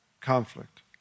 conflict